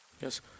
Yes